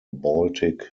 baltic